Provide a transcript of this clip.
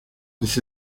this